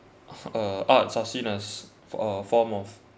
uh arts are seen as fo~ form of